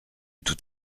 tout